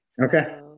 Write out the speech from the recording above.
Okay